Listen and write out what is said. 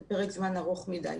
זה פרק זמן ארוך מדי,